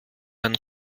herrn